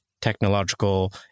technological